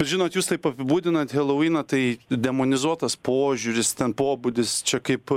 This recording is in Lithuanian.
žinot jūs taip apibūdinat helovyną tai demonizuotas požiūris ten pobūdis čia kaip